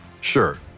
Sure